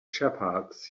shepherds